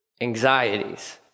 anxieties